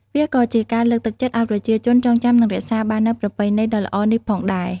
វាក៏ជាការលើកទឹកចិត្តឲ្យប្រជាជនចងចាំនិងរក្សាបាននូវប្រពៃណីដ៏ល្អនេះផងដែរ។